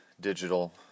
digital